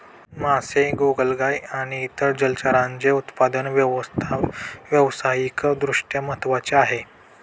मासे, गोगलगाय आणि इतर जलचरांचे उत्पादन व्यावसायिक दृष्ट्या महत्त्वाचे आहे